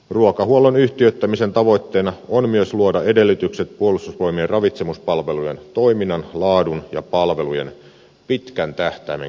ruokahuollon yhtiöittämisen tavoitteena on myös luoda edellytykset puolustusvoi mien ravitsemuspalvelujen toiminnan laadun ja palvelujen pitkän tähtäimen kehittämiselle